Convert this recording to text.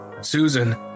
Susan